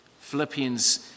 Philippians